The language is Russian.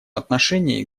отношении